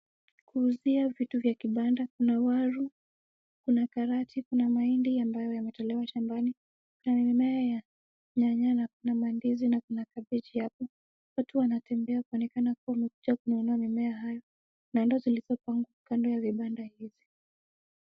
Kuna pia vitu vya vibanda, kuna waru, kuna karoti, kuna mahindi ambayo yametolewa shambani na mimea ya nyinfinme .Kuna ndizi kuna kabeji hapo. Watu wanatembea kuonekana kuwa wanataka kunua mimea haya ambazo ziko kwa vibanda hivi.